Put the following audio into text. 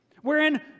Wherein